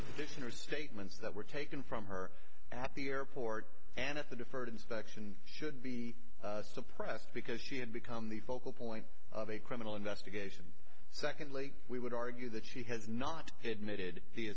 additional statements that were taken from her at the airport and at the deferred inspection should be suppressed because she had become the focal point of a criminal investigation secondly we would argue that she has not admitted the